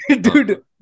dude